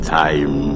time